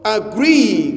agree